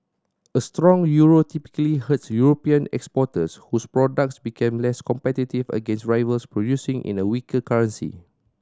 a strong euro typically hurts European exporters whose products become less competitive against rivals producing in a weaker currency